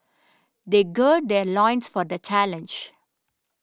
they gird their loins for the challenge